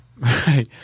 Right